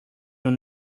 will